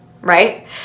right